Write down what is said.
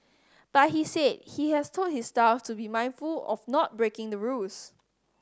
but he said he has told his staff to be mindful of not breaking the rules